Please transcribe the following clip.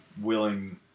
willing